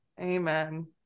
Amen